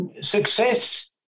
success